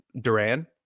Duran